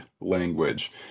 language